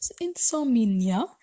insomnia